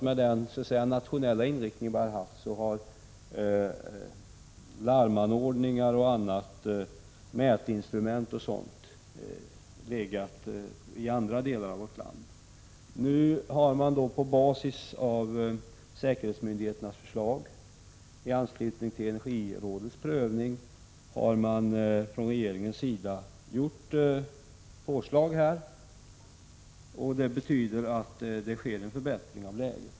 Med den nationella inriktning som vi har haft har larmanordningar, mätinstrument och o.d. placerats i andra delar av vårt land. På basis av säkerhetsmyndigheternas förslag i anslutning till energirådets prövning har man från regeringens sida givit påslag som innebär att det nu sker en förbättring av läget.